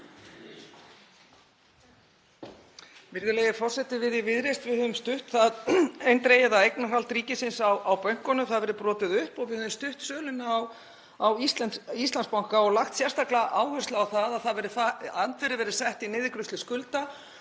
Virðulegi forseti. Við í Viðreisn höfum stutt það eindregið að eignarhald ríkisins á bönkunum hafi verið brotið upp og við höfum stutt söluna á Íslandsbanka og lagt sérstaklega áherslu á að andvirðið verði sett í niðurgreiðslu skulda